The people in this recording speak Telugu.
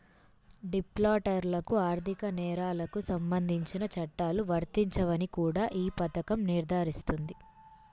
డిఫాల్టర్లకు ఆర్థిక నేరాలకు సంబంధించిన చట్టాలు వర్తించవని కూడా ఈ పథకం నిర్ధారిస్తుంది